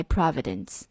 Providence